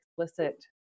explicit